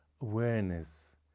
awareness